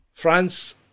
France